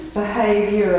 behavior